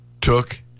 took